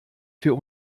für